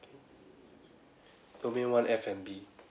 domain one F&B